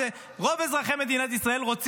רוב אזרחי מדינת ישראל לא מעניין אותם הדבר הזה,